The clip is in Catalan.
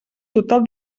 total